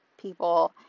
people